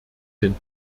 hin